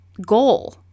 goal